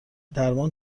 درمان